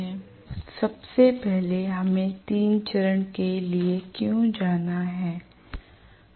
अब सबसे पहले हमें 3 चरण के लिए क्यों जाना है